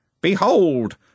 Behold